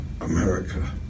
America